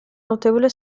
notevole